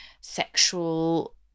sexual